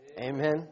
Amen